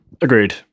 agreed